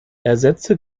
ersetze